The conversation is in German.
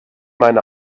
meine